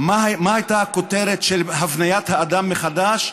מה הייתה הכותרת של הבניית האדם מחדש?